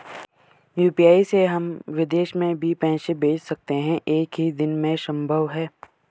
UPI से हम विदेश में भी पैसे भेज सकते हैं एक ही दिन में संभव है?